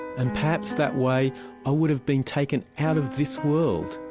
and perhaps that way i would have been taken out of this world.